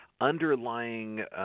underlying